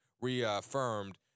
reaffirmed